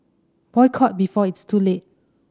boycott before it's too late